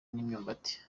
n’imyumbati